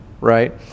right